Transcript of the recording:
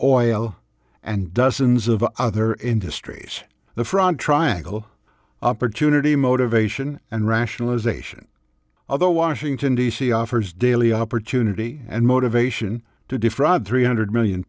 oil and dozens of other industries the front triangle opportunity motivation and rationalization other washington d c offers daily opportunity and motivation to defraud three hundred million